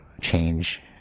change